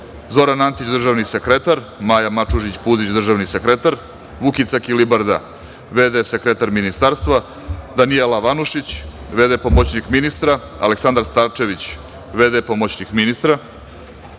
Zoran Antić, državni sekretar, Maja Mačužić-Puzić, državni sekretar, Vukica Kilibarda, v.d. sekretar ministarstva, Danijela Vanušić, v.d. pomoćnik ministra, Aleksandar Starčević, v.d. pomoćnik ministra,